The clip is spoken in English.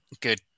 good